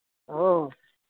अँ